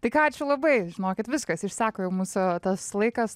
tai ką ačiū labai žinokit viskas išseko jau mūsų tas laikas